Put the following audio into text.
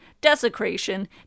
desecration